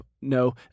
no